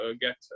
get